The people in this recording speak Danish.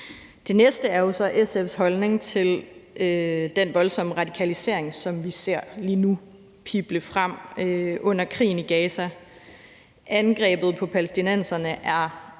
Det næste er jo så SF's holdning til den voldsomme radikalisering, som vi ser pible frem lige nu under krigen i Gaza. Angrebet på palæstinenserne er